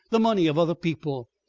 the money of other people.